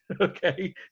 okay